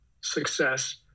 success